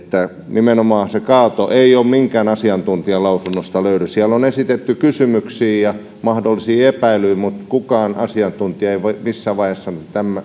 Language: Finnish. nimenomaan sitä kaatoa ei minkään asiantuntijan lausunnosta löydy siellä on esitetty kysymyksiä ja mahdollisia epäilyjä mutta kukaan asiantuntija ei missään vaiheessa sanonut että